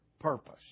purpose